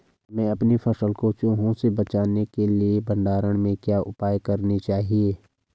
हमें अपनी फसल को चूहों से बचाने के लिए भंडारण में क्या उपाय करने चाहिए?